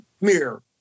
mirror